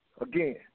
Again